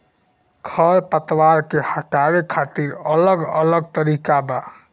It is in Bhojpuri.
खर पतवार के हटावे खातिर अलग अलग तरीका बा